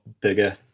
bigger